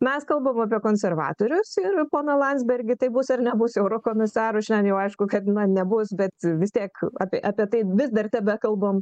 mes kalbam apie konservatorius ir poną landsbergį tai bus ar nebus eurokomisaru šiandien jau aišku kad na nebus bet vis tiek apie apie tai vis dar tebekalbam